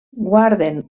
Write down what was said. guarden